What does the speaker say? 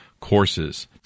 courses